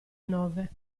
nove